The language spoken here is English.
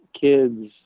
kids